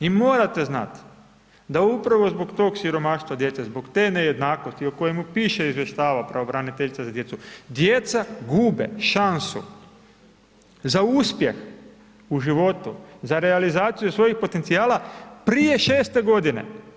I morate znati, da upravo zbog tog siromaštva djece, zbog te nejednakosti, o kojima piše i izvještava pravobraniteljica za djecu, djeca gube šansu za uspjeh u životu, za realizaciju svojih potencijala prije 6 godine.